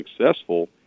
successful